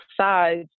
sides